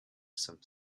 some